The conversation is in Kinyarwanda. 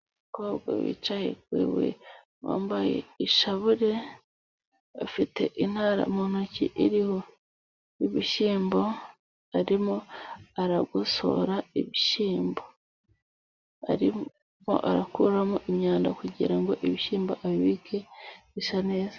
Umukobwa wicaye ku ibuye yambaye inshabure afite intara mu ntoki iriho ibishyimbo. Arimo aragosora ibishyimbo, arimo arakuramo imyanda kugira ngo ibishyimbo abibike bisa neza.